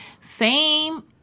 Fame